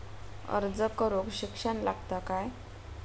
अर्ज करूक शिक्षण लागता काय?